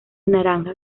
naranjas